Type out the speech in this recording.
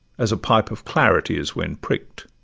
as a pipe of claret is when prick'd